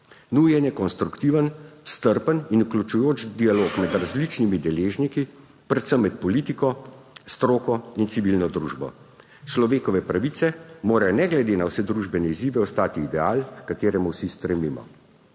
Nujen je konstruktiven, strpen in vključujoč dialog med različnimi deležniki, predvsem med politiko, stroko in civilno družbo. Človekove pravice morajo ne glede na vse družbene izzive ostati ideal, h kateremu vsi stremimo.